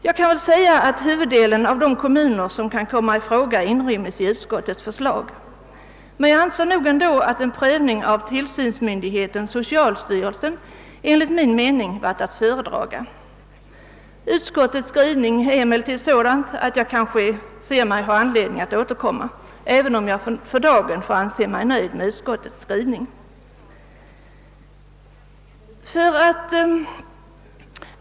Jag kan väl säga att huvuddelen av de kommuner som kan komma i fråga inrymmes i utskottets förslag, men jag anser ändå att en prövning av tillsynsmyndigheten, socialstyrelsen, hade varit att föredraga. Utskottets skrivning är emellertid sådan, att jag kanske senare får anledning att återkomma i ärendet, även om jag för dagen får anse mig nöjd med utskottets skrivning.